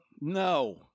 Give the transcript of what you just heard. No